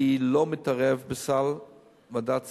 שאני לא מתערב בוועדת הסל,